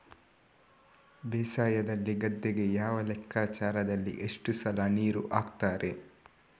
ಬೇಸಾಯದಲ್ಲಿ ಗದ್ದೆಗೆ ಯಾವ ಲೆಕ್ಕಾಚಾರದಲ್ಲಿ ಎಷ್ಟು ಸಲ ನೀರು ಹಾಕ್ತರೆ?